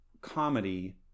comedy